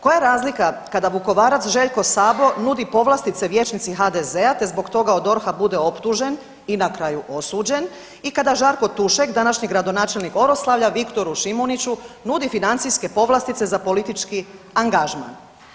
Koja je razlika kada Vukovarac Željko Sabo nudi povlastice vijećnici HDZ-a, te zbog toga od DORH-a bude optužen i na kraju osuđen i kada Žarko Tušek današnji gradonačelnik Oroslavlja Viktoru Šimuniću nudi financijske povlastice za politički angažman.